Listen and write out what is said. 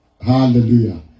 Hallelujah